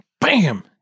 Bam